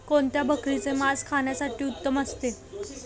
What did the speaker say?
कोणत्या बकरीचे मास खाण्यासाठी उत्तम असते?